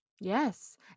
Yes